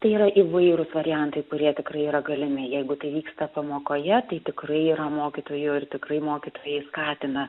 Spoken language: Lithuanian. tai yra įvairūs variantai kurie tikrai yra galimi jeigu tai vyksta pamokoje tai tikrai yra mokytojų ir tikrai mokytojai skatina